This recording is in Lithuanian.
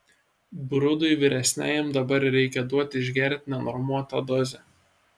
brudui vyresniajam dabar reikia duot išgert nenormuotą dozę